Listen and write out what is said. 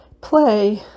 play